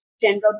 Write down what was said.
general